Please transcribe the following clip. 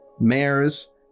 mayors